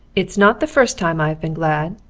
it's not the first time i've been glad,